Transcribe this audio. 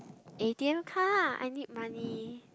A_T_M card I need money